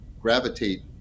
gravitate